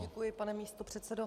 Děkuji, pane místopředsedo.